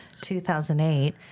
2008